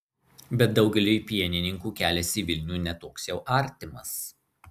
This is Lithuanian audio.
bet daugeliui pienininkų kelias į vilnių ne toks jau artimas